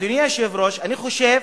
אדוני היושב-ראש, אני חושב